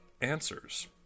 answers